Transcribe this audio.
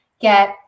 get